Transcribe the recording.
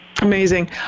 Amazing